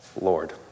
Lord